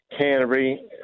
Canterbury